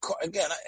again